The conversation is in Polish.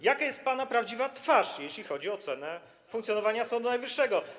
Jaka jest pana prawdziwa twarz, jeśli chodzi o ocenę funkcjonowania Sądu Najwyższego?